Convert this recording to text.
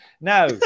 Now